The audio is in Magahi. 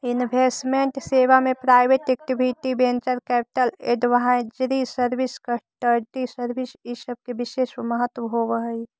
इन्वेस्टमेंट सेवा में private equity, venture capital, advisory service, custody service इ सब के विशेष महत्व होवऽ हई